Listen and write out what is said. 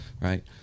Right